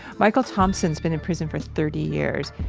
michael thompson's been in prison for thirty years.